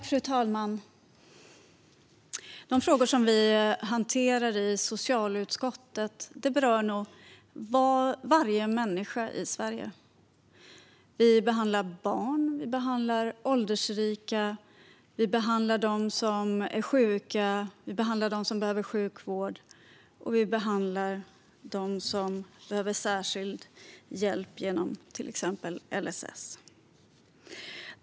Fru talman! De frågor som vi hanterar i socialutskottet berör nog varje människa i Sverige. Vi behandlar barn, vi behandlar åldersrika, vi behandlar dem som är sjuka, vi behandlar dem som behöver sjukvård och vi behandlar dem som behöver särskild hjälp genom till exempel LSS.